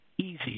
easy